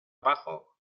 abajo